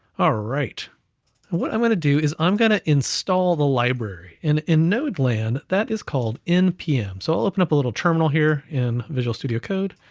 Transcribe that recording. alright, now what i'm gonna do is i'm gonna install the library in in node land that is called npm. so i'll open up a little terminal here in visual studio code,